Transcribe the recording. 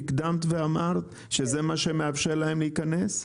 שהקדמת ואמרת שזה מה שמאפשר להם להיכנס?